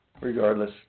regardless